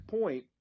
point